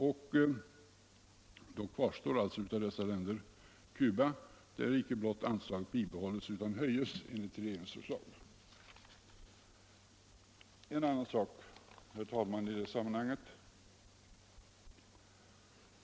Av dessa länder kvarstår då Cuba, där anslaget inte blott bibehålls utan höjs enligt regeringens förslag. En annan sak i det sammanhanget, herr talman.